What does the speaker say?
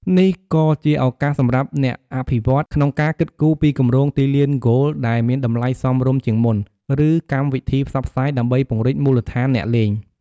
នេះក៏ជាឱកាសសម្រាប់អ្នកអភិវឌ្ឍន៍ ក្នុងការគិតគូរពីគម្រោងទីលានហ្គោលដែលមានតម្លៃសមរម្យជាងមុន ឬកម្មវិធីផ្សព្វផ្សាយដើម្បីពង្រីកមូលដ្ឋានអ្នកលេង។